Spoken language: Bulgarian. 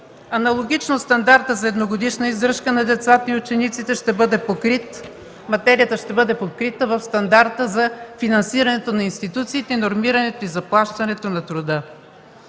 Аналогично стандартът за едногодишна издръжка на децата и учениците ще бъде покрит в стандарта за финансирането на институциите, нормирането и заплащането на труда.